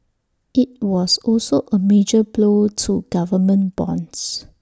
IT was also A major blow to government bonds